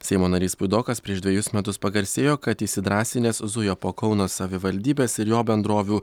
seimo narys puidokas prieš dvejus metus pagarsėjo kad įsidrąsinęs zujo po kauno savivaldybes ir jo bendrovių